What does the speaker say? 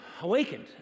awakened